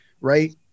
right